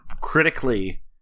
critically